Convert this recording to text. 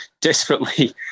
desperately